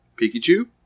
Pikachu